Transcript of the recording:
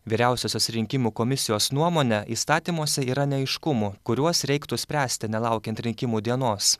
vyriausiosios rinkimų komisijos nuomone įstatymuose yra neaiškumų kuriuos reiktų spręsti nelaukiant rinkimų dienos